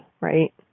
right